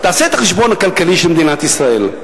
תעשה את החשבון הכלכלי של מדינת ישראל.